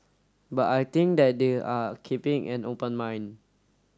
but I think that they are keeping an open mind